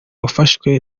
wafashwe